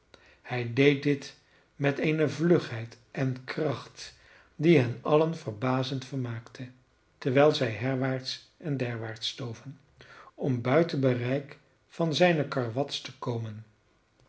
hij deed dit met eene vlugheid en kracht die hen allen verbazend vermaakte terwijl zij herwaarts en derwaarts stoven om buiten bereik van zijne karwats te komen